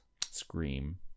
Scream